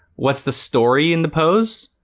what's the story in the pose?